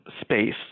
space